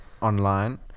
online